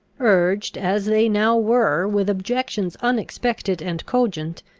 urged, as they now were, with objections unexpected and cogent,